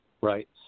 right